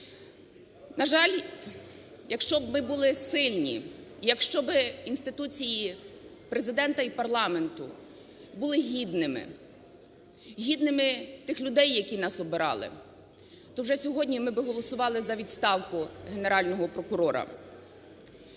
На жаль, якщо б ми були сильні, якщо би інституції Президента і парламенту були гідними, гідними тих людей, які нас обирали, то вже сьогодні ми би голосували за відставку Генерального прокурора.